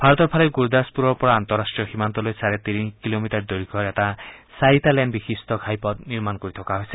ভাৰতৰ ফালে গুৰদাসপুৰৰ পৰা আন্তৰষ্ট্ৰীয় সীমান্তলৈ চাৰে তিনি কিলমিটাৰ দৈৰ্ঘৰ এটা চাৰিটা লেন বিশিষ্ট ঘাইপথ নিৰ্মাণ কৰি থকা হৈছে